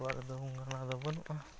ᱩᱝᱠᱩᱣᱟᱜ ᱨᱮᱫᱚ ᱚᱱᱟᱫᱚ ᱵᱟᱹᱱᱩᱜᱼᱟ